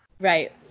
Right